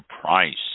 price